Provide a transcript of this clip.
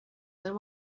and